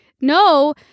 no